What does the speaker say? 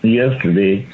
yesterday